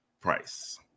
price